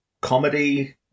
comedy